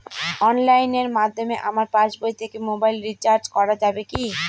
অনলাইনের মাধ্যমে আমার পাসবই থেকে মোবাইল রিচার্জ করা যাবে কি?